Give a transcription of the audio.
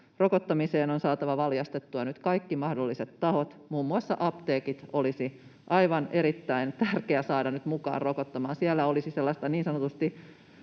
Rokottamiseen on saatava valjastettua nyt kaikki mahdolliset tahot, muun muassa apteekit olisi aivan erittäin tärkeää saada nyt mukaan rokottamaan. Siellä olisi sellaista työvoimaa,